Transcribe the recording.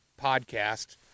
podcast